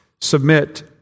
submit